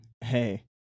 hey